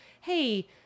hey